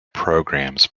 programs